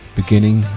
beginning